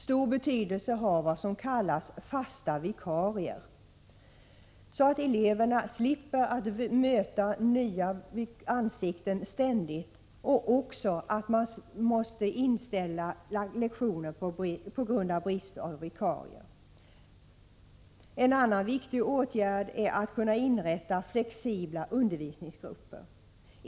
Stor betydelse har vad som kallas fasta vikarier, dvs. att eleverna slipper att ständigt möta nya ansikten eller att lektioner måste inställas på grund av brist på vikarier. En annan viktig åtgärd är att inrätta flexibla undervisningsgrupper.